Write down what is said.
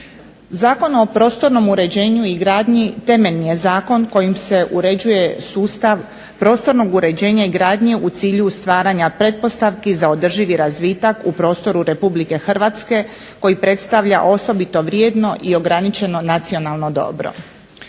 Zakon o prostornom uređenju i gradnji temeljni je zakon kojim se uređuje sustav prostornog uređenja i gradnje u cilju stvaranja pretpostavki za održivi razvitak u prostoru RH koji predstavlja osobito vrijedno i ograničeno nacionalno dobro.